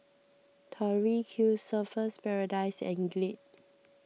Tori Q Surfer's Paradise and Glade